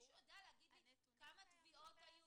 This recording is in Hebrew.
מישהו יודע להגיד לי כמה תביעות היו,